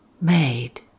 made